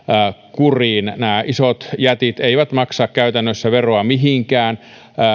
kuriin nämä isot jätit eivät maksa käytännössä veroa mihinkään